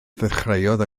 ddechreuodd